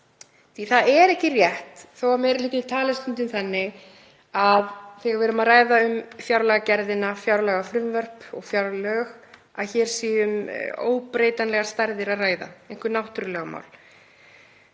Það er ekki rétt, þó að meiri hlutinn tali stundum þannig þegar við erum að ræða um fjárlagagerðina, fjárlagafrumvörp og fjárlög, að hér sé um óbreytanlegar stærðir að ræða, einhver náttúrulögmál.